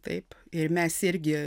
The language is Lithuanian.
taip ir mes irgi